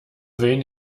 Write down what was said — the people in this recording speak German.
wen